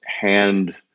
hand